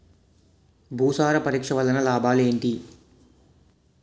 భూసార పరీక్ష వలన లాభాలు ఏంటి?